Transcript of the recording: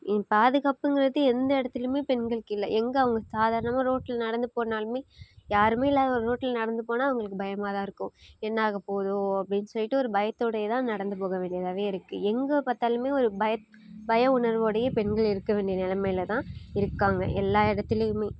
பாதுகாப்புங்கிறது எந்த இடத்திலயுமே பெண்களுக்கு இல்லை எங்கே அவங்க சாதாரணமாக ரோடில் நடந்து போனாலும் யாரும் இல்லாத ரோடில் நடந்து போனால் அவங்களுக்கு பயமாக தான் இருக்கும் என்னாகப் போகுதோ அப்படினு சொல்லிட்டு ஒரு பயத்தோடு தான் நடந்து போக வேண்டியதாக இருக்குது எங்கு பார்த்தாலுமே ஒரு பய பயம் உணர்வோடையே பெண்கள் இருக்க வேண்டிய நிலமையிலதான் இருக்காங்க எல்லா இடத்துலையுமே